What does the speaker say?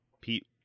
Pete